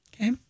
Okay